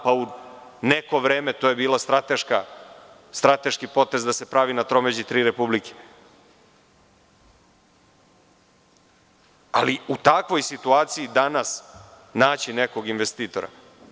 Pa u neko vreme to je bila strateški potez da se pravi na tromeđi tri republike, ali u takvoj situaciji danas naći nekog investitora?